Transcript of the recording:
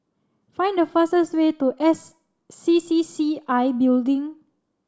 find the fastest way to S C C C I Building